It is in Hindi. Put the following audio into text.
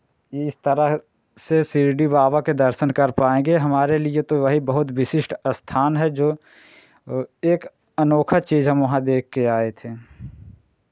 इस तरह से सिरडी बाबा के दर्शन कर पाएँगे हमारे लिए तो वही बहुत विशिष्ट स्थान है जो वो एक अनोखा चीज़ हम वहाँ देख के आए थे